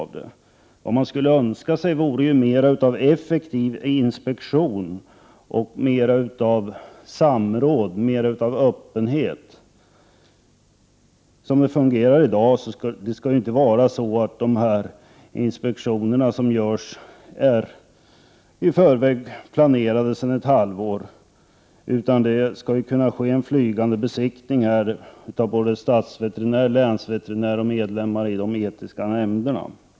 Vi hade Önskat en mer effektiv inspektion, mer samråd och mer öppenhet. Det skall inte vara så att de inspektioner som görs är planerade i förväg sedan ett halvår tillbaka, utan det skall kunna ske en flygande besiktning av både stadsveterinär, länsveterinär och medlemmar i de etiska nämnderna.